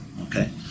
Okay